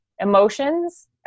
emotions